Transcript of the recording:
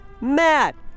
Matt